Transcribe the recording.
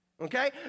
okay